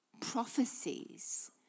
prophecies